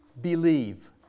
believe